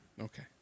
Okay